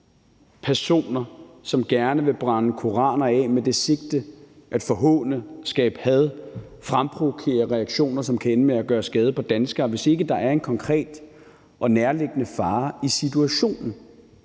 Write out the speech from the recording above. personer, som gerne vil brænde koraner af med det sigte at forhåne, skabe had og fremprovokere reaktioner, som kan ende med at gøre skade på danskere, hvis ikke der er en konkret og nærliggende fare i situationen.